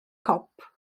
cop